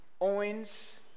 Owens